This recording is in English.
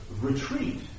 retreat